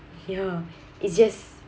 ya it just